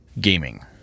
gaming